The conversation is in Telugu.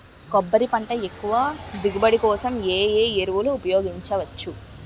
కొబ్బరి పంట ఎక్కువ దిగుబడి కోసం ఏ ఏ ఎరువులను ఉపయోగించచ్చు?